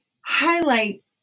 highlight